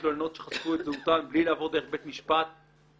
מתלוננות שחשפו את זהותן בלי לעבור דרך בית משפט על